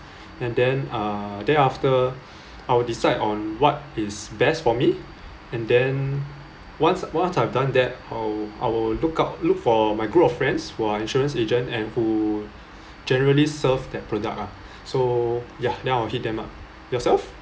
and then uh then after I'll decide on what is best for me and then once once I've done that I'll I will look out look for my group of friends who are insurance agent and who generally serve that product ah so ya now I hit them up yourself